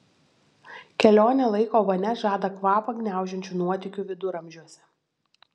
kelionė laiko vonia žada kvapą gniaužiančių nuotykių viduramžiuose